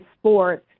sports